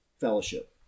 fellowship